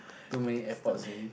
too many airports already